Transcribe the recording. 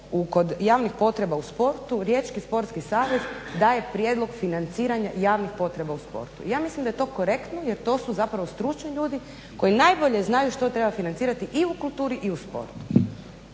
kod javnih potreba u sportu, Riječki sportski savez daje prijedlog financiranja javnih potreba u sportu. Ja mislim da je to korektno jer to su zapravo stručni ljudi koji najbolje znaju što treba financirati i u kulturi i u sportu.